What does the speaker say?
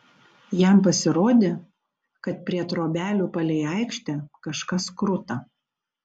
jam pasirodė kad prie trobelių palei aikštę kažkas kruta